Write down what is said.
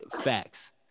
Facts